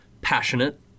passionate